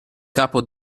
capo